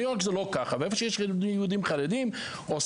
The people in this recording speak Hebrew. בניו יורק זה לא ככה ואיפה שיש יהודים חרדים עושים